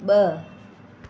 ब॒